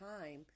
time